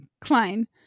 Klein